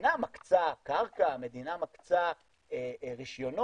המדינה מקצה קרקע, המדינה מקצה רישיונות